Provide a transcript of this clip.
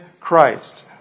Christ